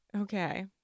Okay